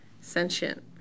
Sentient